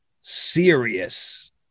serious